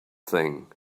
thing